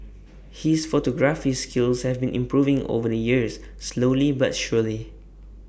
his photography skills have been improving over the years slowly but surely